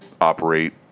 operate